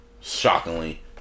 shockingly